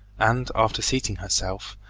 and, after seating herself,